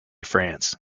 france